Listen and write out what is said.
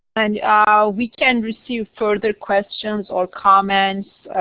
and we can receive further questions or comments